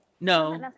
no